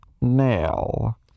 nail